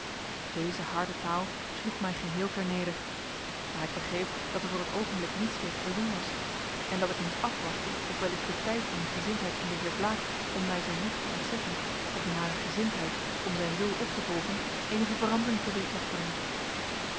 deze harde taal sloeg mij geheel ter neder maar ik begreep dat er voor t oogenblik niets tegen te doen was en dat ik moest afwachten of wellicht de tijd in de gezindheid van den heer blaek om mij zijn nicht te ontzeggen of in hare gezindheid om zijn wil op te volgen eenige verandering teweeg mocht brengen